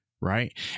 Right